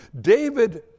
David